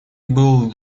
был